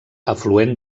afluent